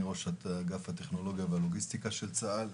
ראש אגף הטכנולוגיה והלוגיסטיקה של צה"ל.